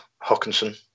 Hawkinson